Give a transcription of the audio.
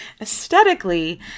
aesthetically